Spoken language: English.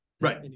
right